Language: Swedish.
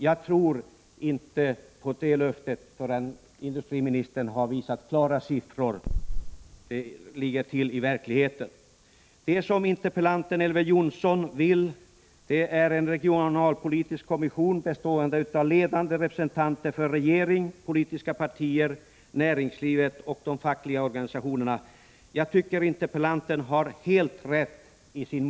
Jag tror inte på det löftet förrän industriministern i klartext har redovisat hur det i verkligheten ligger till. Vad interpellanten, Elver Jonsson, vill ha är en regionalpolitisk kommission bestående av ledande representanter för regering, politiska partier, näringslivet och de fackliga organisationerna. Jag tycker att interpellantens målsättning är helt riktig.